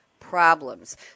problems